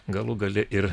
galų gale ir